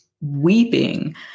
weeping